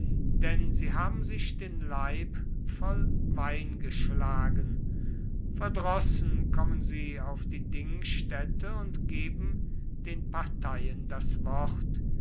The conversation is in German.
denn sie haben sich den leib voll wein geschlagen verdrossen kommen sie auf die dingstätte und geben den parteien das wort